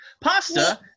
Pasta